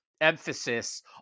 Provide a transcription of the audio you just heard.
emphasis